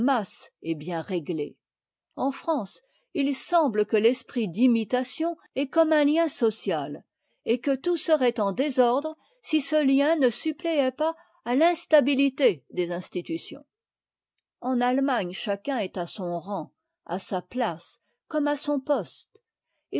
est bien rég ée en france il semble que l'esprit d'imitation soit comme un lien social et que tout serait en désordre si ce lien ne suppléait pas à instabi ité des institutions en allemagne chacun est à son rang à sa place comme à son poste et